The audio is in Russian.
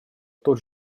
тот